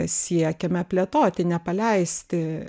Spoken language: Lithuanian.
siekiame plėtoti nepaleisti